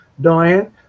diane